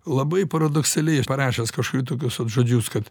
labai paradoksaliai aš parašęs kažkur tokius vat žodžius kad